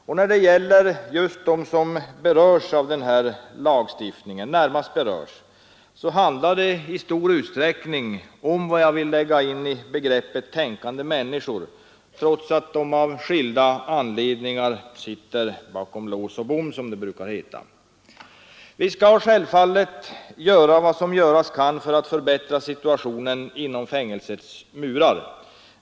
Och när det gäller just dem som närmast berörs av den här lagstiftningen handlar det i stor utsträckning om vad jag vill lägga in i begreppet tänkande människor, trots att de av skilda anledningar sitter bakom lås och bom, som det brukar heta. Vi skall självfallet göra vad som göras kan för att förbättra situationen inom fängelsets murar.